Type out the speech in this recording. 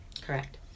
Correct